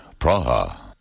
Praha